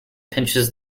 pinches